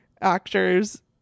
actors